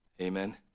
Amen